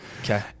Okay